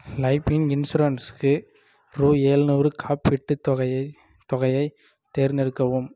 life இன்சூரன்ஸுக்கு ரூபா எழுநூறு காப்பீட்டுத் தொகையை தொகையை தேர்ந்தெடுக்கவும்